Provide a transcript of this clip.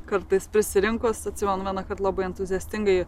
kartais prisirinkus atsimenu vieną kart labai entuziastingai